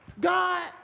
God